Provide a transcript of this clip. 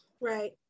right